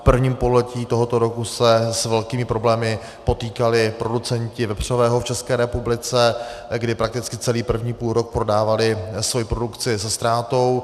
V prvním pololetí tohoto roku se s velkými problémy potýkali producenti vepřového v České republice, kdy prakticky celý první půlrok prodávali svoji produkci se ztrátou.